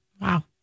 wow